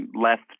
left